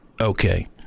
Okay